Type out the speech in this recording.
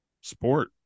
sport